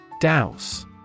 Douse